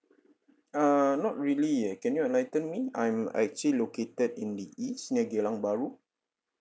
err not really eh can you enlighten me I'm actually located in the east near geylang bahru